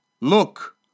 look